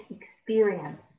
experience